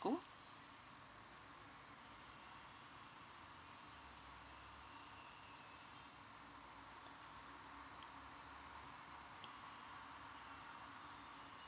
school